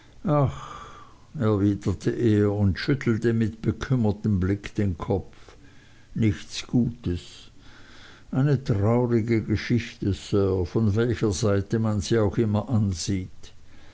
er und schüttelte mit bekümmertem blick den kopf nichts gutes eine traurige geschichte sir von welcher seite man sie auch immer ansieht